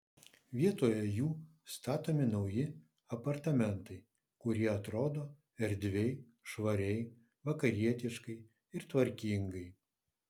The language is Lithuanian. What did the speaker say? vietoje jų statomi nauji apartamentai kurie atrodo erdviai švariai vakarietiškai ir tvarkingai